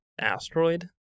asteroid